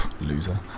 loser